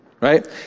right